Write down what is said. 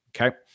Okay